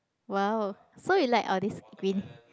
!wow! so you like all these green